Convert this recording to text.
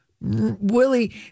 Willie